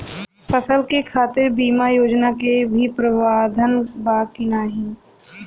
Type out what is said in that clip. फसल के खातीर बिमा योजना क भी प्रवाधान बा की नाही?